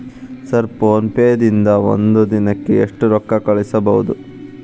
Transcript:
Sir PhonePe ದಿಂದ ಒಂದು ದಿನಕ್ಕೆ ಎಷ್ಟು ರೊಕ್ಕಾ ಕಳಿಸಬಹುದು?